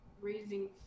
raising